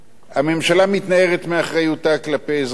הממשלה מתנערת מאחריותה כלפי אזרחיה,